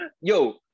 yo